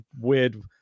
weird